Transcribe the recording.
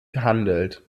gehandelt